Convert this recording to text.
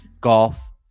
golf